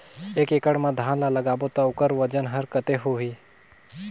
एक एकड़ मा धान ला लगाबो ता ओकर वजन हर कते होही?